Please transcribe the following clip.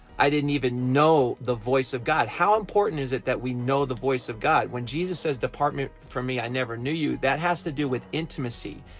i didn't even know the voice of god! how important is it, that we know the voice of god? when jesus says depart from me, i never knew you. that has to do with intimacy.